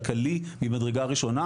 כלכלי ממדרגה ראשונה,